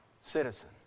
citizen